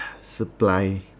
supply